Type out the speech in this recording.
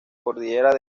cordillera